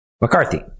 McCarthy